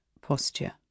posture